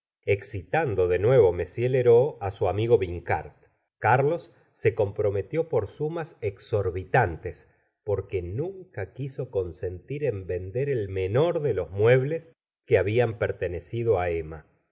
excitando de nuevo m lheureux á su amigo vin art carlos se compr ometió por sumas exorbi tantes porque nunca quiso consentir en vender el menor de los mueblos que habían pertenecido á emma